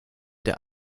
der